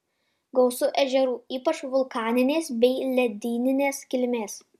gausu ežerų ypač vulkaninės bei ledyninės kilmės